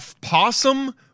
possum